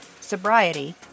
sobriety